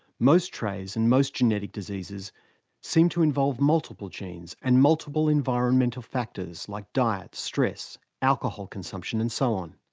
most traits and most genetic diseases seem to involve multiple genes and multiple environmental factors like diet, stress, alcohol consumption and so on.